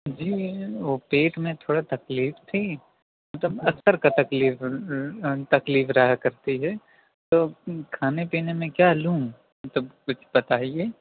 جی وہ پیٹ میں تھوڑا تکلیف تھی مطلب اکثر تکلیف رہا کرتی ہے تو کھانے پینے میں کیا لوں مطلب کچھ بتائیے